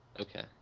okay